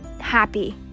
happy